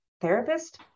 therapist